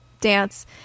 dance